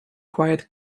quiet